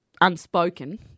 unspoken